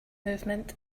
movement